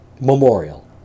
Memorial